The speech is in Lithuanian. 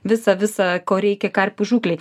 visa visa ko reikia karpių žūklei